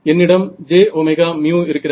என்னிடம் jωμ இருக்கிறது